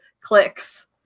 clicks